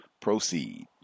Proceed